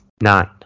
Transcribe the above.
Nine